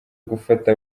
gufata